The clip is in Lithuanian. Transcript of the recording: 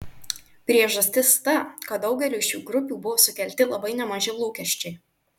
priežastis ta kad daugeliui šių grupių buvo sukelti labai nemaži lūkesčiai